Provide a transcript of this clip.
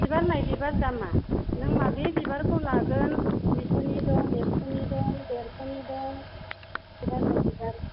बिबार नायै बिबार दामा नों माबे बिबारखौ लागोन दुइस'नि दं एक्स'नि दं देरस'नि दं बिबार नाय बिबार